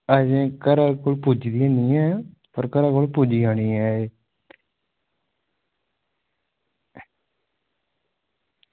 ऐहीं घर तगर पुज्जी दी निं ऐ पर घरा कोल पुज्जी जानी ऐ एह्